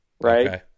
right